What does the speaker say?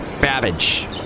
Babbage